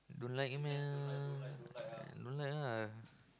don't like meh don't like ah